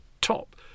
top